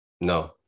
No